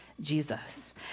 Jesus